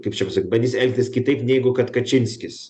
kaip čia pasakyt bandys elgtis kitaip neigu kad kačinskis